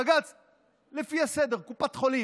הרי ההצעה היא אפילו לא הליך שמתייחס רק לעתירות לבג"ץ,